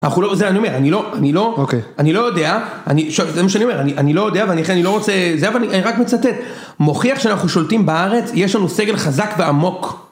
זה אני אומר, אני לא, אני לא, אני לא יודע, זה מה שאני אומר, אני לא יודע ולכן אני לא רוצה, זה אבל אני רק מצטט. מוכיח שאנחנו שולטים בארץ, יש לנו סגל חזק ועמוק.